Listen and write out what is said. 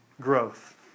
growth